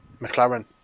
McLaren